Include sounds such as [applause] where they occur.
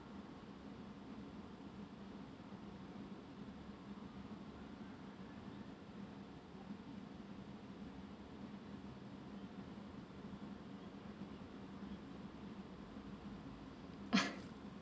[noise]